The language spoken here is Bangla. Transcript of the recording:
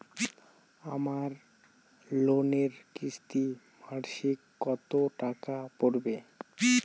আমার লোনের কিস্তি মাসিক কত টাকা পড়বে?